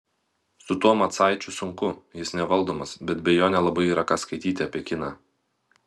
su tuo macaičiu sunku jis nevaldomas bet be jo nelabai yra ką skaityti apie kiną